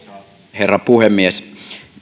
herra puhemies